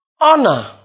Honor